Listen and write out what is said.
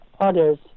others